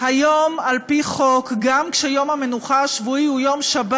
וגם יום נוסף